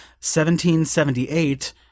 1778